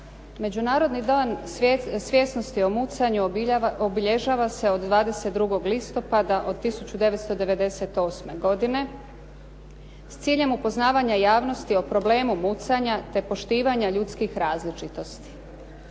Međunarodni dan svjesnosti o mucanju obilježava se od 22. listopada od 1998. godine s ciljem upoznavanja javnosti o problemu mucanja te poštivanja ljudskih različitosti.